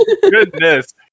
goodness